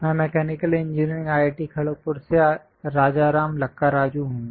मैं mechanical engineering IIT Kharagpur से राजाराम लक्काराजू हूँ